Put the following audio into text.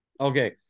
Okay